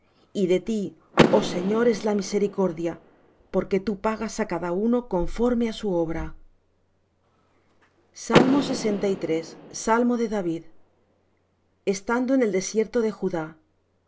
y de ti oh señor es la misericordia porque tú pagas á cada uno conforme á su obra salmo de david estando en el desierto de judá